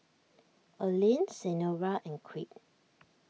Olene Senora and Creed